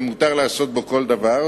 ומותר לעשות בו כל דבר,